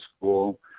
school